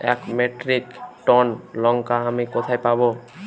এক metric tonne লঙ্কা আমি কোথায় পাবো?